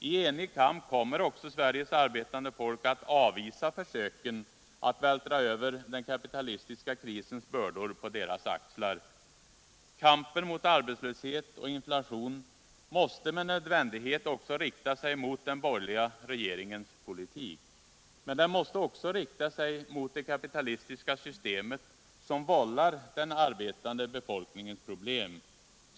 I enig kamp kommer också Sveriges arbetande folk att avvisa försöken att vältra över den kapitalistiska krisens bördor på deras axlar. Kampen mot arbetslöshet och inflation måste med nödvändighet rikta sig mot den borgerliga regeringens politik. Men den måste också rikta sig mot det kapitalistiska systemet, som vållar den arbetande befolkningens problem.